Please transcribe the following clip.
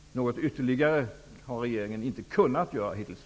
Något ytterligare har regeringen hittills inte kunnat göra.